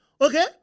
Okay